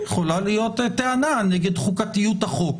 יכולה להיות טענה נגד חוקתיות החוק,